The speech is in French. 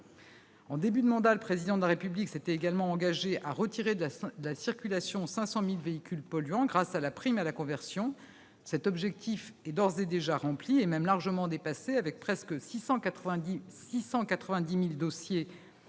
En début de mandat, le Président de la République s'était engagé à retirer de la circulation 500 000 véhicules polluants grâce à la prime à la conversion. Cet objectif est d'ores et déjà rempli et même largement dépassé, avec presque 690 000 dossiers prévus